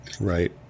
Right